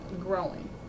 growing